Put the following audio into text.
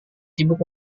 sibuk